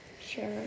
Sure